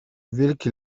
wilki